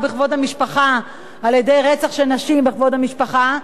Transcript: בכבוד המשפחה על-ידי רצח של נשים בתוך המשפחה,